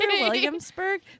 Williamsburg